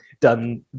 done